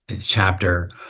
chapter